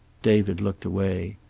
david looked away.